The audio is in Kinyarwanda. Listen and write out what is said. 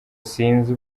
sinzi